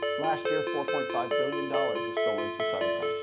last year, four point five billion dollars was stolen through cybercrime.